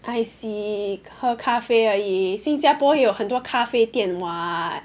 I see 喝咖啡而已新加坡有很多咖啡店 [what]